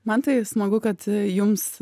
man tai smagu kad jums